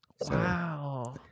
wow